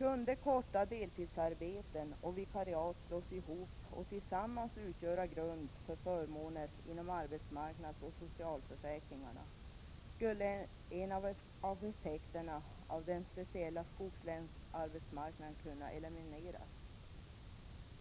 Om korta deltidsarbeten och vikariat kunde slås ihop och tillsammans utgöra grund för förmåner inom arbetsmarknadsoch socialförsäkringarna skulle en av effekterna av den speciella skogslänsarbetsmarknaden kunna elimineras.